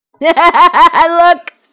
Look